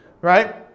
right